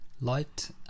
Light